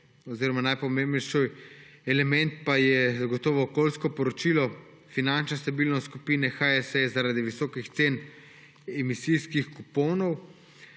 Najpomembnejši element pa je zagotovo okoljsko poročilo, finančna stabilnost skupine HSE zaradi visokih cen emisijskih kuponov,